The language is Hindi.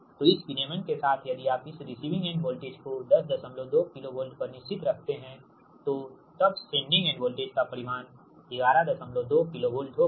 तो इस विनियमन के साथ यदि आप इस रिसीविंग एंड वोल्टेज को 102 KV पर निश्चित रखते है तो तब सेंडिंग एंड वोल्टेज का परिमाण 112 KV होगा